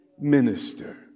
minister